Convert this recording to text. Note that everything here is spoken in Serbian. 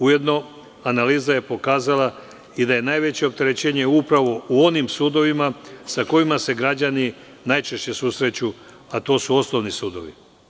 Ujedno, analiza je pokazala i da je najveće opterećenje upravo u onim sudovima sa kojima se građani najčešće susreću, a to su osnovni sudovi.